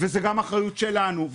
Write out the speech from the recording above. אחריות שלנו.